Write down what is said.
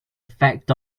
effect